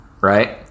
right